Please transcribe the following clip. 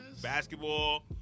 basketball